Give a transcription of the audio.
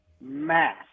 mass